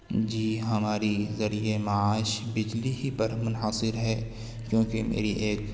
جی ہماری ذریعہ معاش بجلی ہی پر منحصر ہے کیونکہ میری ایک